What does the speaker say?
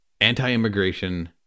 anti-immigration